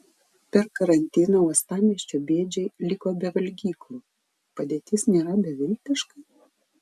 per karantiną uostamiesčio bėdžiai liko be valgyklų padėtis nėra beviltiška